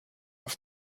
auf